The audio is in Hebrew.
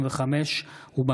התשפ"ג,2022,